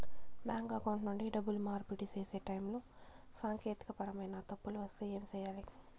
bank account నుండి డబ్బులు మార్పిడి సేసే టైములో సాంకేతికపరమైన తప్పులు వస్తే ఏమి సేయాలి